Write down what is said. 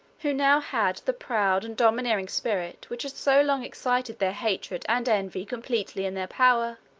who now had the proud and domineering spirit which had so long excited their hatred and envy completely in their power,